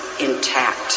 intact